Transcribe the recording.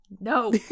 No